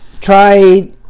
try